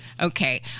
Okay